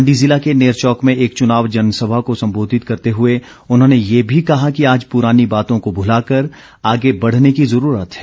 मण्डी ज़िला के नेरचौक में एक चुनाव जनसभा को संबोधित करते हुए उन्होंने यह भी कहा कि आज पुरानी बातों को भुलाकर आगे बढ़ने की ज़रूरत है